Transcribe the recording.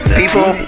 people